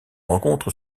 rencontre